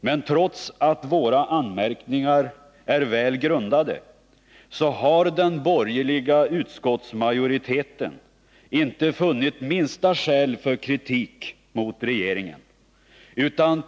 Men trots att våra anmärkningar är väl grundade, så har den borgerliga utskottsmajoriteten inte funnit minsta skäl för kritik mot regeringen.